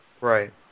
right